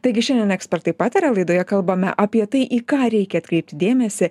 taigi šiandien ekspertai pataria laidoje kalbame apie tai į ką reikia atkreipti dėmesį